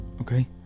okay